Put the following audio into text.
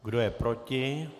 Kdo je proti?